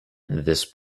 this